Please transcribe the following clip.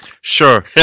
Sure